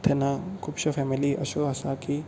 तेन्ना खुबशो फॅमिली अश्यो आसात की